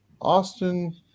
Austin